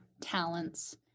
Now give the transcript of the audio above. talents